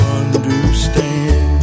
understand